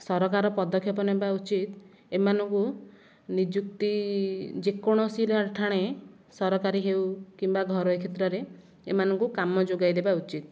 ସରକାର ପଦକ୍ଷେପ ନେବା ଉଚିତ ଏମାନଙ୍କୁ ନିଯୁକ୍ତି ଯେକୌଣସି ଠାରେ ସରକାରୀ ହେଉ କିମ୍ବା ଘରୋଇ କ୍ଷେତ୍ରରେ ଏମାନଙ୍କୁ କାମ ଯୋଗାଇ ଦେବା ଉଚିତ